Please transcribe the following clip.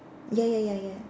ya ya ya ya